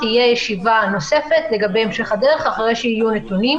תהיה ישיבה נוספת לגבי המשך הדרך אחרי שיהיו נתונים.